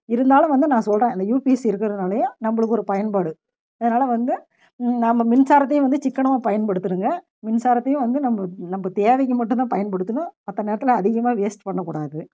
இருந்தாலும் வந்து நான் சொல்கிறேன் இந்த யுபிஎஸ் இருக்கிறனாலயோ நம்மளுக்கு ஒரு பயன்பாடு அதனால் வந்து நம்ம மின்சாரத்தையும் வந்து சிக்கனமாக பயன்படுத்தனுங்க மின்சாரத்தையும் வந்து நம்ம தேவைக்கு மட்டும்தான் பயன்படுத்தணும் மற்ற நேரத்தில் அதிகமாக வேஸ்ட் பண்ணக்கூடாது